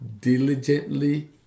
diligently